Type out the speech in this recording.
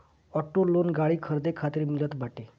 auto loan गाड़ी खरीदे खातिर मिलत बाटे